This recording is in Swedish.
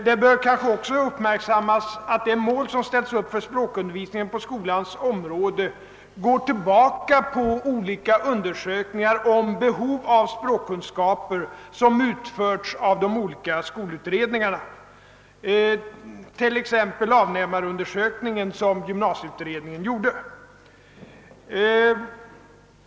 Det bör också uppmärksammas att det mål som har ställts upp för språkundervisningen inom skolan går tillba ka på olika undersökningar om behovet av språkkunskaper, vilka har utförts av skolutredningarna, t.ex. den avnämarundersökning som gymnasieutredningen gjorde.